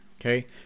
okay